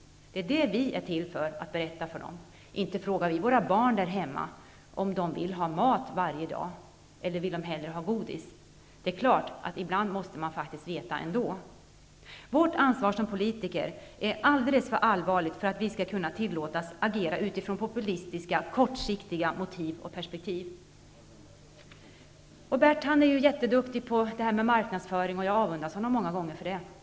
Det är vår plikt att berätta det för dem. Inte frågar vi våra barn där hemma varje dag om de vill ha mat eller om de hellre vill ha godis. Ibland måste man faktiskt veta hur det skall vara. Vårt ansvar som politiker är alldeles för allvarligt för att vi skall kunna tillåtas agera utifrån populistiska kortsiktiga motiv och perspektiv. Bert Karlsson är ju mycket duktig på det här med marknadsföring. Jag avundas honom många gånger i det avseendet.